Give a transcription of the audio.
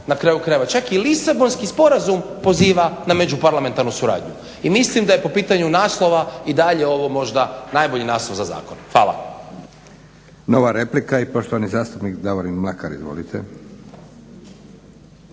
Na kraju krajeva čak i Lisabonski sporazum poziva na međuparlamentarnu suradnju. I mislim da je po pitanju naslova i dalje ovo možda najbolji naslov za zakon. Hvala. **Leko, Josip (SDP)** Nova replika i poštovani zastupnik Davorin Mlakar. Izvolite.